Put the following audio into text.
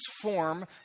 form